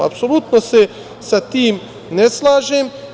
Apsolutno se sa tim ne slažem.